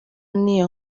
n’iyo